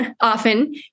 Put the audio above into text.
often